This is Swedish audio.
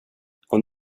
hon